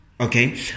Okay